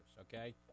okay